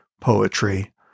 Poetry